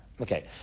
Okay